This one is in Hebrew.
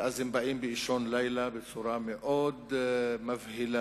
ואז הם באים באישון לילה, בצורה שמאוד מבהילה